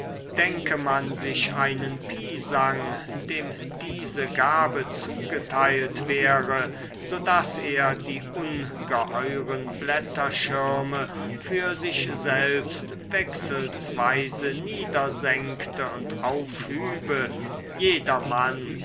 denke man sich einen pisang dem diese gabe zugeteilt wäre so daß er die ungeheuren blätterschirme für sich selbst wechselsweise niedersenkte und aufhübe jedermann